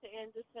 Anderson